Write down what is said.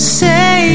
say